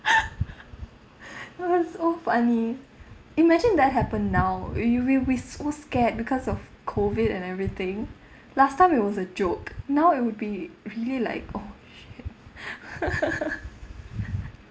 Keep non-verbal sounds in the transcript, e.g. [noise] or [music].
[laughs] [breath] oh funny imagine that happen now y~ you'll be so scared because of COVID and everything last time it was a joke now it would be really like oh shit [laughs]